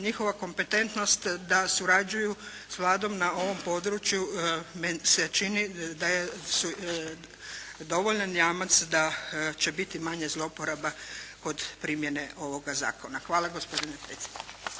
njihova kompetentnost da surađuju s Vladom na ovom području meni se čini da su dovoljan jamac da će biti manje zlouporaba kod primjene ovoga zakona. Hvala gospodine predsjedniče.